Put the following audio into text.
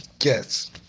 Yes